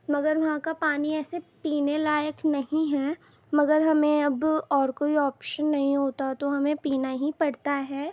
مگر وہاں کا پانی ایسے پینے لائق نہیں ہے مگر ہمیں اب اور کوئی آپشن نہیں ہوتا تو ہمیں پینا ہی پڑتا ہے